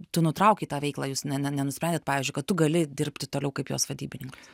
tu nutraukei tą veiklą jūs ne ne nenusprendėt pavyzdžiui kad tu gali dirbti toliau kaip jos vadybininkas